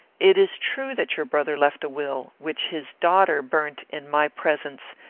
it is true that your brother left a will, which his daughter burnt in my presence,